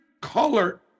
color